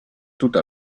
tutta